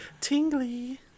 Tingly